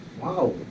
Wow